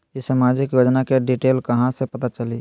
ई सामाजिक योजना के डिटेल कहा से पता चली?